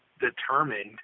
determined